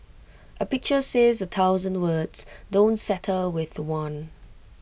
A pictures says A thousand words don't settle with one